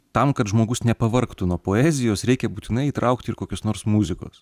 tam kad žmogus nepavargtų nuo poezijos reikia būtinai įtraukti ir kokios nors muzikos